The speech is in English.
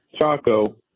Chaco